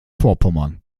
vorpommern